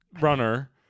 runner